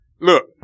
Look